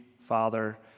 Father